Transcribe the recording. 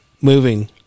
moving